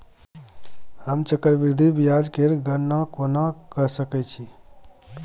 हम चक्रबृद्धि ब्याज केर गणना कोना क सकै छी